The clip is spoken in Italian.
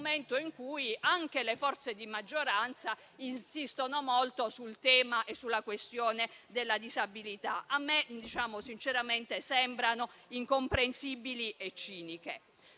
momento in cui anche le forze di maggioranza insistono molto sul tema e sulla questione della disabilità. A me, sinceramente, tali restrizioni sembrano incomprensibili e ciniche.